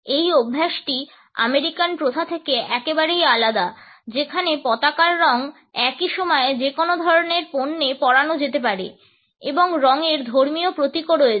এই অভ্যাসটি আমেরিকান প্রথা থেকে একেবারেই আলাদা যেখানে পতাকার রং একই সময়ে যেকোনো ধরনের পণ্যে পড়ানো যেতে পারে এবং রঙের ধর্মীয় প্রতীকও রয়েছে